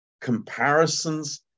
comparisons